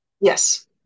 Yes